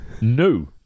No